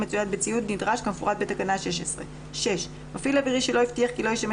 מצויד בציוד נדרש כמפורט בתקנה 16. מפעיל אווירי שלא הבטיח כי לא ישמש